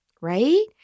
right